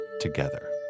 together